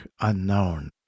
unknown